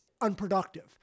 unproductive